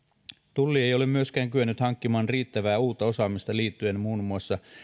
tulli ei ole myöskään kyennyt hankkimaan riittävää uutta osaamista liittyen muun muassa